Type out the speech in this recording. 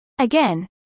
Again